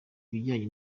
ibijyanye